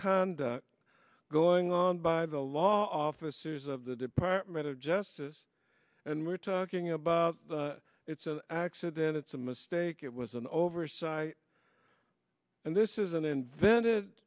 conduct going on by the law officers of the department of justice and we're talking about it's accident it's a mistake it was an oversight and this is an invented